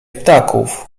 ptaków